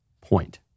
point